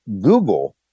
Google